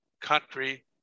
country